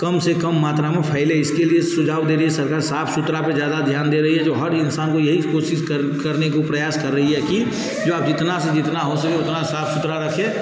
कम से कम मात्रा में फैले इसके लिए सुझाव दे रही है सरकार साफ सुथरा पर ज़्यादा ध्यान दे रही है जो हर इंसान को यही कोशिश कर करने को प्रयास कर रही है कि जो आप जितना से जितना हो सके उतना साफ सुथरा रखे